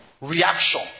Reaction